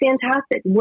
fantastic